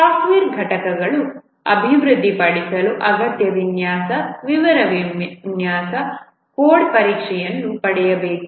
ಸಾಫ್ಟ್ವೇರ್software ಘಟಕಗಳನ್ನು ಅಭಿವೃದ್ಧಿಪಡಿಸಲು ಅಗತ್ಯ ವಿನ್ಯಾಸ ವಿವರ ವಿನ್ಯಾಸ ಕೋಡ್ ಪರೀಕ್ಷೆಯನ್ನು ಪಡೆಯಬೇಕು